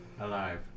alive